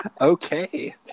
Okay